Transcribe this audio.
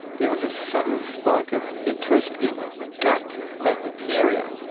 there was a sudden spike of interest in gut bacteria.